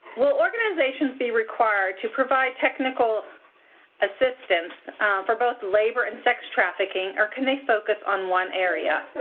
will organizations be required to provide technical assistance for both labor and sex trafficking, or can they focus on one area?